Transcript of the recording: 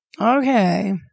Okay